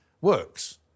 works